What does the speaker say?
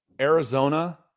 Arizona